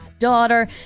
daughter